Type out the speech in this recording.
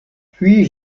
puis